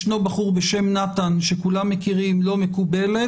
'ישנו בחור בשם נתן שכולם מכירים' לא מקובלת.